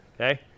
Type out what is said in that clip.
Okay